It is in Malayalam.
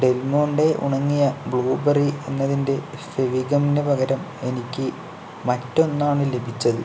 ഡെൽമോണ്ടെ ഉണങ്ങിയ ബ്ലൂബെറി എന്നതിന്റെ ഫെവിഗമിന് പകരം എനിക്ക് മറ്റൊന്നാണ് ലഭിച്ചത്